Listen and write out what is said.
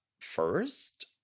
first